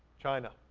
china,